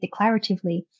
declaratively